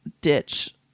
ditch